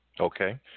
Okay